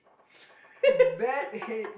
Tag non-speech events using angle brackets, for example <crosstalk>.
<laughs>